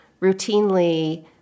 routinely